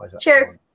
Cheers